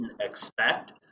expect